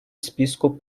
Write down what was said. списку